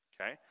Okay